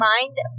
Mind